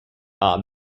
are